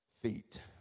feet